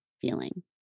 feeling